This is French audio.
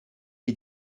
les